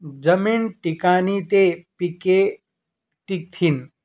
जमीन टिकनी ते पिके टिकथीन